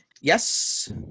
Yes